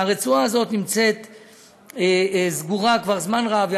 והרצועה הזאת סגורה כבר זמן רב.